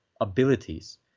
abilities